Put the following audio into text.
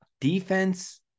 defense